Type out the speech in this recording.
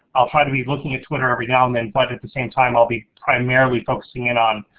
i'll try to be looking at twitter every now and then, but at the same time, i'll be primarily focusing in on.